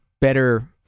better